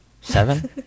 seven